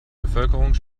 bevölkerung